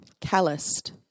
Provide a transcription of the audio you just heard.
calloused